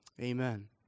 Amen